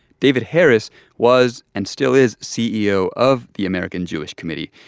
david harris was and still is ceo of the american jewish committee,